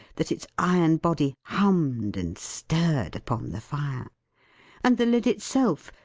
that its iron body hummed and stirred upon the fire and the lid itself,